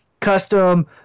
custom